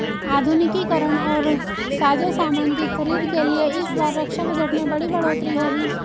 आधुनिकीकरण और साजोसामान की खरीद के लिए इस बार रक्षा बजट में बड़ी बढ़ोतरी होगी